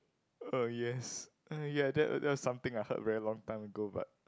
uh yes uh ya that that's something I heard very long time ago but